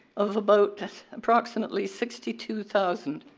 of about approximately sixty two thousand.